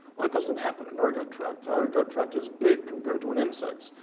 but doesn't happen in our gut tract. our gut tract is big compared to an insect's.